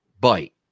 bite